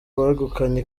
wegukanye